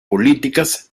políticas